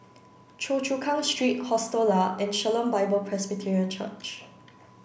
Choa Chu Kang Street Hostel Lah and Shalom Bible Presbyterian Church